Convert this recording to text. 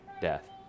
death